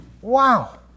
Wow